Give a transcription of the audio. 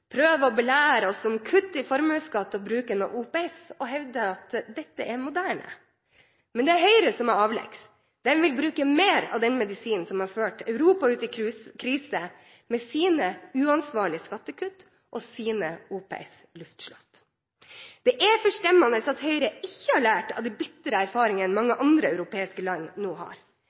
å belære oss om kutt i formuesskatt og bruken av OPS og hevder at dette er moderne. Men det er Høyre som er avleggs. De vil bruke mer av den medisinen som har ført Europa ut i krise, med sine uansvarlige kutt og sine OPS-luftslott. Det er forstemmende at Høyre ikke har lært av de bitre erfaringer mange europeiske land nå har.